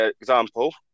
example